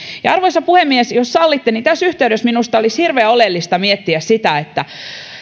ja arvoisa puhemies jos sallitte niin tässä yhteydessä minusta olisi hirveän oleellista miettiä sitä että